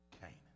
Canaan